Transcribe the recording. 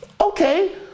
Okay